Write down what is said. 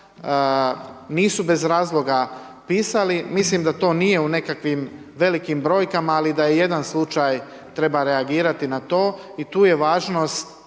nisu bez razloga pisali, mislim da to nije u nekakvim velikim brojkama, ali da je jedan slučaj, treba reagirati na to i tu je važnost